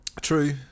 True